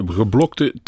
geblokte